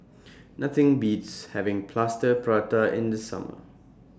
Nothing Beats having Plaster Prata in The Summer